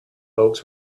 folks